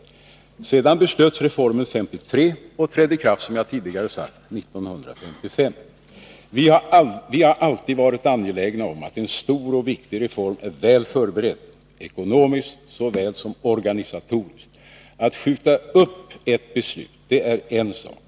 Reformen beslutades 1953 och trädde i kraft, som tidigare sagts, år 1955. Vi har alltid varit angelägna om att en stor och viktig reform är väl förberedd, ekonomiskt såväl som organisatoriskt. Att skjuta upp ett beslut är en sak.